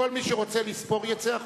כל מי שרוצה לספור יצא החוצה.